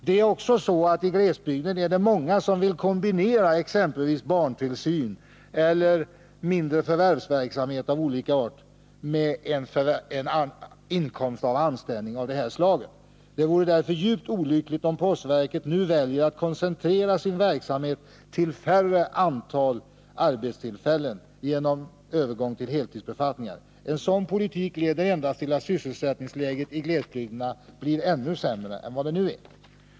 Det är också så att det i glesbygden är många som vill kombinera exempelvis barntillsyn eller mindre förvärvsverksamhet av olika slag med en inkomst av anställning av den här typen. Det vore därför djupt olyckligt om postverket nu valde att koncentrera sin verksamhet på ett mindre antal arbetstillfällen genom övergång till heltidsbefattningar. En sådan politik leder endast till att sysselsättningsläget i glesbygderna blir ännu sämre än vad det nu är.